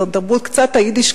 את תרבות ה"יידישקייט",